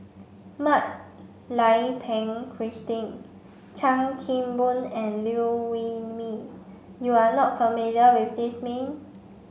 Mak Lai Peng Christine Chan Kim Boon and Liew Wee Mee you are not familiar with these name